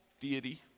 deity